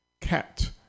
Cat